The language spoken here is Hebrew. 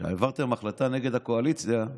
כאשר העברתם החלטה נגד הקואליציה,